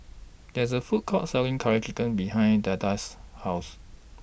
There IS A Food Court Selling Curry Chicken behind Deetta's House